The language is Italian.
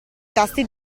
tasti